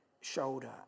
shoulder